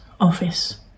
office